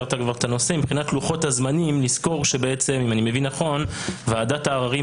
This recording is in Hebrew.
מבחינת לוחות הזמנים צריך לזכור שוועדת העררים